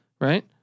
right